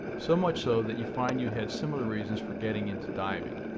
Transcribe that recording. so much so that you find you had similar reasons for getting into diving.